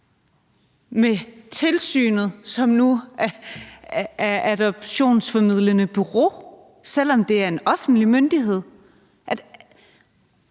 med tilsynet, som nu er adoptionsformidlende bureau, selv om det er en offentlig myndighed?